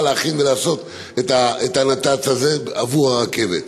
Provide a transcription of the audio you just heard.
להכין ולעשות את הנת"צ הזה עבור הרכבת.